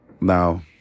Now